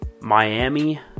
Miami